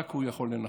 רק הוא יכול לנחם.